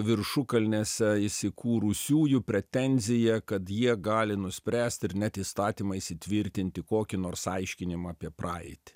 viršukalnėse įsikūrusiųjų pretenzija kad jie gali nuspręsti ir net įstatymais įtvirtinti kokį nors aiškinimą apie praeitį